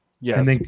Yes